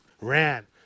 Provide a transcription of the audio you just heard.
ran